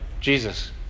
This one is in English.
Jesus